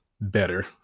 better